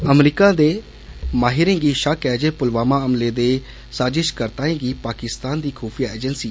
अमरीक दे माहिरें गी षुबा ऐ जे प्लवामा हमले दे साजिशकर्ता गी पाकिस्तान दी खूफिया एजेंसी